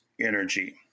energy